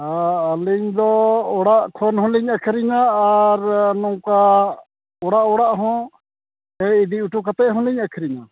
ᱟᱹᱞᱤᱧ ᱫᱚ ᱚᱲᱟᱜ ᱠᱷᱚᱱ ᱦᱚᱞᱤᱧ ᱟᱹᱠᱷᱟᱨᱤᱧᱟ ᱟᱨ ᱱᱚᱝᱠᱟ ᱚᱲᱟᱜ ᱚᱲᱟᱜ ᱦᱚᱸ ᱤᱫᱤ ᱚᱴᱚ ᱠᱟᱛᱮ ᱦᱚᱞᱤᱧ ᱟᱹᱠᱷᱟᱨᱤᱧᱟ